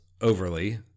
overly